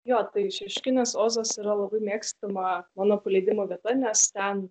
jo tai šeškinės ozas yra labai mėgstama mano paleidimo vieta nes ten